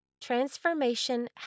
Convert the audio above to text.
Transformation